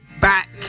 back